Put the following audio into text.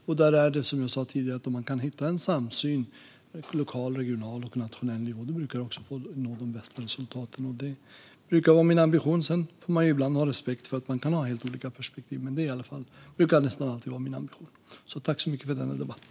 Som jag sa tidigare brukar man nå de bästa resultaten om man kan hitta en samsyn på lokal, regional och nationell nivå, och det brukar vara min ambition. Sedan får man ibland ha respekt för att det kan finnas helt olika perspektiv, men det brukar i alla fall nästan alltid vara min ambition. Tack så mycket för denna debatt!